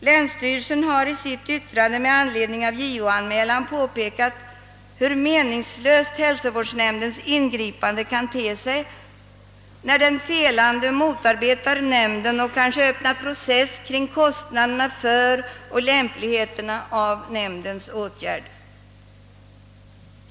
Länsstyrelsen har i sitt yttrande med anledning av JO-anmälan påpekat hur meningslöst hälsovårdsnämndens ingripande kan te sig när den felande motarbetar nämnden och kanske öppnar process kring kostnaderna för och lämpligheten av dess åtgärd.